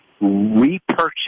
repurchase